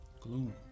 Gloom